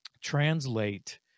translate